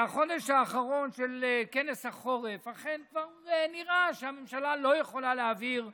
בחודש האחרון של כנס החורף אכן כבר נראה שהממשלה לא יכולה להעביר חוקים,